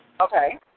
Okay